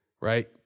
right